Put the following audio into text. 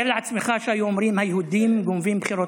תאר לעצמך שהיו אומרים: היהודים גונבים בחירות,